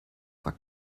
war